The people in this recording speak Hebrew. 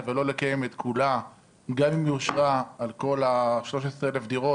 ולא לקיים את כולה גם אם היא אושרה על כל ה-13,000 דירות,